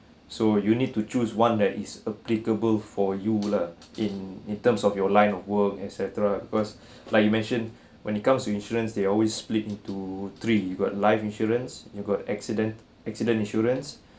so you need to choose one that is applicable for you lah in in terms of your line of work et cetera because like you mentioned when it comes to insurance they always split into three you got life insurance you got accident accident insurance